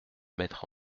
mettre